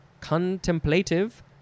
contemplative